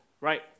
right